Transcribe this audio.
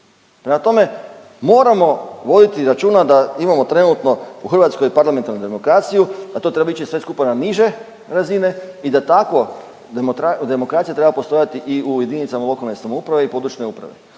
Prema tome, moramo voditi računa da imamo trenutno u Hrvatskoj parlamentarnu demokraciju, da to treba ići sve skupa na niže razine i da takvu demokraciju treba poštovati i u jedinicama lokalne samouprave i područne uprave.